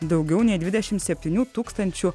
daugiau nei dvidešimt septynių tūkstančių